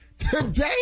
Today